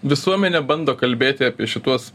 visuomenė bando kalbėti apie šituos